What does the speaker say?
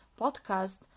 podcast